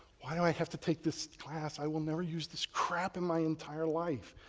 why do i have to take this class? i will never use this crap in my entire life?